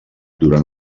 durant